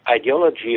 ideology